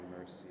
mercy